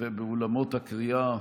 ובאולמות הקריאה,